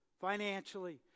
financially